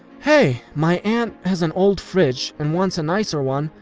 hey, my aunt has an old fridge and wants a nicer one,